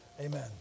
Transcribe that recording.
Amen